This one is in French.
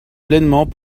pleinement